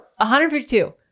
152